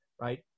right